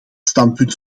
standpunt